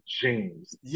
James